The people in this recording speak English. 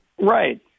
Right